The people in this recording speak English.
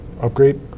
upgrade